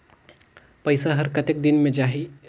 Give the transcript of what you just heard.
पइसा हर कतेक दिन मे जाही?